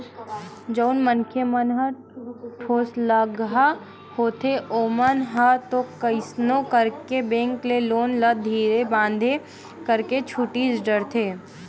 जउन मनखे मन ह ठोसलगहा होथे ओमन ह तो कइसनो करके बेंक के लोन ल धीरे बांधे करके छूटीच डरथे